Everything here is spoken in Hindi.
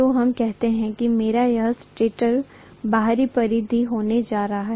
तो हम कहते हैं कि मेरा यह स्टेटर बाहरी परिधि होने जा रहा है